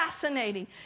fascinating